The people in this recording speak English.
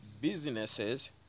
businesses